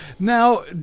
Now